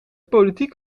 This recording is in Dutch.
politiek